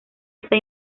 esta